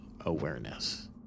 awareness